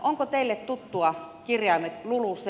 ovatko teille tuttuja kirjaimet lulucf